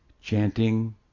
chanting